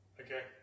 Okay